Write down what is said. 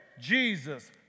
Jesus